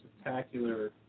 spectacular